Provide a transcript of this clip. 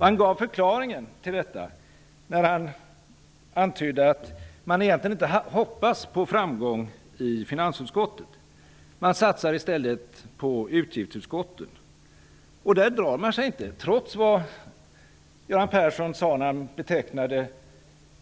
Han gav förklaringen till detta när han antydde att man egentligen inte hoppas på framgång i finansutskottet. Man satsar i stället på ''utgiftsutskotten''. Där drar man sig inte -- trots vad Göran Persson sade när han betecknade